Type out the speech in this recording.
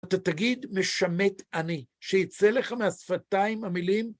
אתה תגיד, משמט אני, שיצא לך מהשפתיים המילים.